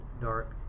dark